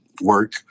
work